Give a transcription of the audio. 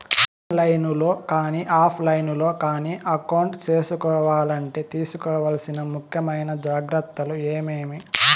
On line లో కానీ offline లో కానీ అకౌంట్ సేసుకోవాలంటే తీసుకోవాల్సిన ముఖ్యమైన జాగ్రత్తలు ఏమేమి?